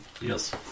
Yes